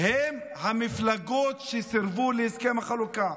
אלה המפלגות שסירבו להסכם החלוקה.